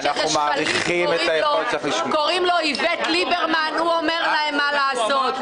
את איווט ליברמן והוא אומר להם מה לעשות.